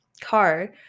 car